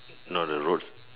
no the road